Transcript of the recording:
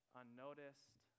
unnoticed